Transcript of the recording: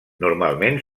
normalment